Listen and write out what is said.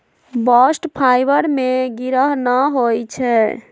bast fibre में गिरह न होई छै